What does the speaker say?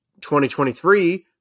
2023